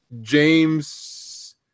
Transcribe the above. james